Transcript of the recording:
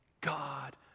God